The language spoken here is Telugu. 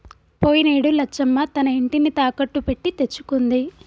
పోయినేడు లచ్చమ్మ తన ఇంటిని తాకట్టు పెట్టి తెచ్చుకుంది